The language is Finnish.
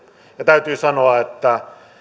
ja täytyy sanoa että